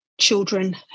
children